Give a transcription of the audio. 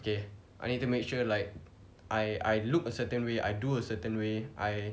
okay I need to make sure like I I look a certain way I do a certain way I